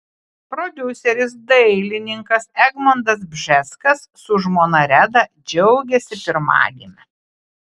prodiuseris dailininkas egmontas bžeskas su žmona reda džiaugiasi pirmagime